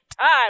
time